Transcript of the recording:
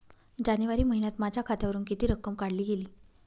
जानेवारी महिन्यात माझ्या खात्यावरुन किती रक्कम काढली गेली?